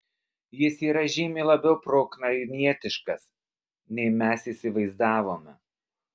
jis yra žymiai labiau proukrainietiškas nei mes įsivaizdavome